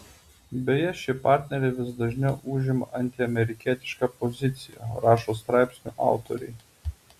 beje ši partnerė vis dažniau užima antiamerikietišką poziciją rašo straipsnių autoriai